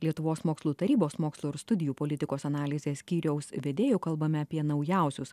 lietuvos mokslų tarybos mokslo ir studijų politikos analizės skyriaus vedėju kalbame apie naujausius